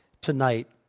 tonight